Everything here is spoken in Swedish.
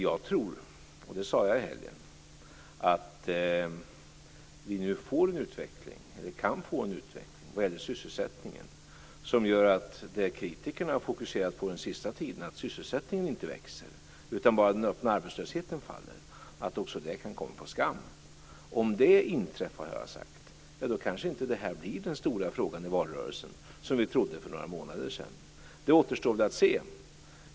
Jag tror - och det sade jag i helgen - att vi nu kan få en utveckling vad gäller sysselsättningen som gör att det som kritikerna har fokuserat på den sista tiden, att sysselsättningen inte växer utan bara den öppna arbetslösheten faller, kan komma på skam. Jag har sagt att om det inträffar, blir detta kanske inte den stora frågan i valrörelsen, som vi trodde för några månader sedan. Det återstår väl att se.